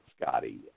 Scotty